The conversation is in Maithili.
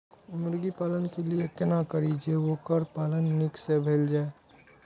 मुर्गी पालन के लिए केना करी जे वोकर पालन नीक से भेल जाय?